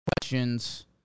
questions